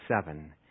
seven